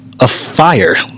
afire